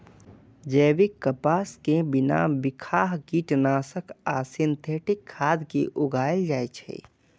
जैविक कपास कें बिना बिखाह कीटनाशक आ सिंथेटिक खाद के उगाएल जाए छै